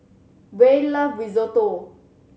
Rey love Risotto